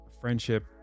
friendship